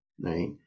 Right